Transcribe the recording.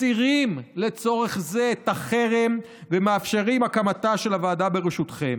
מסירים לצורך זה את החרם ומאפשרים את הקמתה של הוועדה בראשותכם.